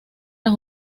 las